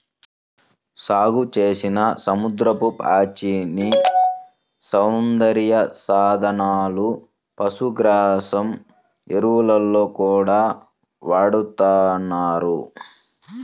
సాగుచేసిన సముద్రపు పాచిని సౌందర్య సాధనాలు, పశుగ్రాసం, ఎరువుల్లో గూడా వాడతన్నారు